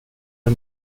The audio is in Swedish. det